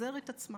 לפזר את עצמה